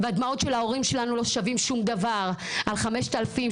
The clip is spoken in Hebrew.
והדמעות של ההורים שלנו לא שוות שום דבר על 5000,